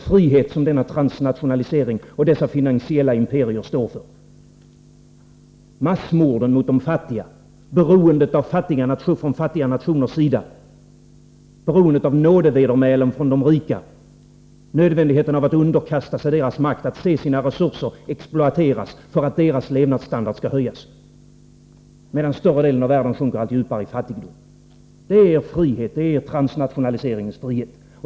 Massmorden på de fattiga, fattiga nationers beroende av nådevedermälen från de rika, nödvändigheten av att underkasta sig deras makt och se sina resurser exploateras för att deras levnadsstandard skall höjas, medan större delen av världen sjunker allt djupare i fattigdom — det är er frihet, det är transnationaliseringens frihet.